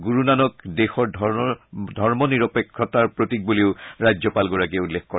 গুৰুনানক দেশৰ ধৰ্মনিৰপেক্ষতাৰ প্ৰতীক বুলিও ৰাজ্যপালে উল্লেখ কৰে